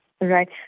Right